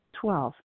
Twelve